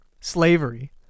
Slavery